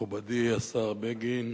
מכובדי השר בגין,